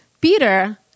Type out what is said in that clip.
Peter